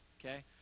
Okay